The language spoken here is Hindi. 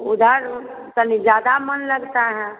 उधर तनी ज्यादा मन लगता है